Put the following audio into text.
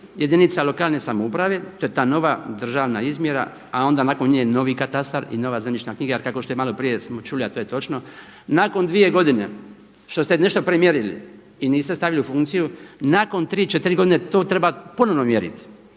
jedinica lokalne samouprave to je ta nova državna izmjera a onda nakon nje novi katastar i nova zemljišna knjiga jer kao što i malo prije smo čuli a to je točno, nakon dvije godine što ste nešto premjerili i niste stavili u funkciju, nakon 3, 4 godine to treba ponovno mjeriti.